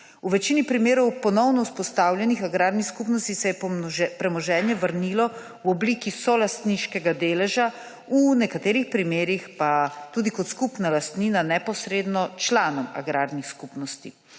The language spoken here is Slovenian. V večini primerov ponovno vzpostavljenih agrarnih skupnosti se je premoženje vrnilo v obliki solastniškega deleža, v nekaterih primerih pa tudi kot skupna lastnina neposredno članom agrarnih skupnosti.